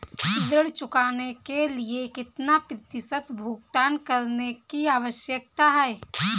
ऋण चुकाने के लिए कितना प्रतिशत भुगतान करने की आवश्यकता है?